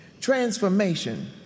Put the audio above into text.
transformation